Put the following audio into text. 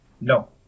No